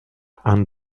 and